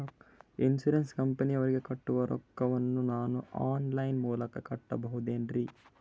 Insurance ಕಂಪನಿಯವರಿಗೆ ಕಟ್ಟುವ ರೊಕ್ಕ ವನ್ನು ನಾನು ಆನ್ ಲೈನ್ ಮೂಲಕ ಕಟ್ಟಬಹುದೇನ್ರಿ?